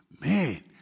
man